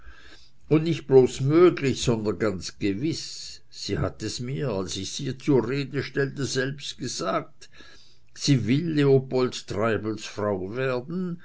und nicht bloß möglich sondern ganz gewiß sie hat es mir als ich sie zur rede stellte selber gesagt sie will leopold treibels frau werden